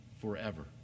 forever